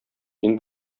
мин